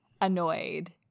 annoyed